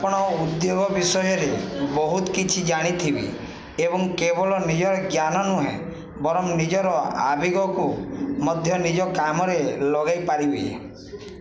ଆପଣ ଉଦ୍ୟୋଗ ବିଷୟରେ ବହୁତ କିଛି ଜାଣିଥିବେ ଏବଂ କେବଳ ନିଜର ଜ୍ଞାନ ନୁହେଁ ବରଂ ନିଜର ଆବେଗକୁ ମଧ୍ୟ ନିଜ କାମରେ ଲଗାଇ ପାରିବେ